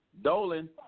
Dolan